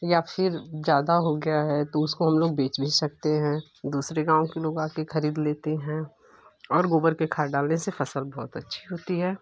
या फिर ज़्यादा हो गया है तो उसको हम लोग बेच भी सकते हैं दूसरे गाँव के लोग आ कर खरीद लेते हैं और गोबर के खाद डालने से फसल बहुत अच्छी होती है